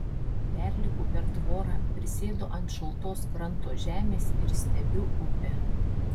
perlipu per tvorą prisėdu ant šaltos kranto žemės ir stebiu upę